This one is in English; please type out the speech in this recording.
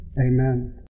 Amen